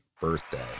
birthday